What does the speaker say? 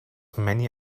many